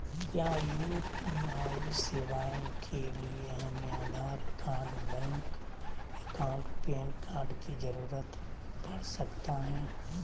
क्या यू.पी.आई सेवाएं के लिए हमें Aadhaar card bank account PAN card की जरूरत पड़ सकता है?